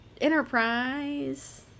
enterprise